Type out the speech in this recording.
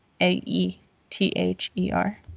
a-e-t-h-e-r